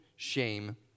shame